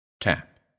tap